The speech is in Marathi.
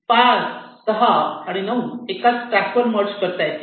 5 6 आणि 9 एकाच ट्रॅकवर मर्ज करता येतील